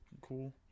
cool